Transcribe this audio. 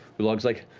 ulog's like,